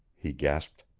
he gasped.